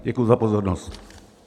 Děkuji za pozornost.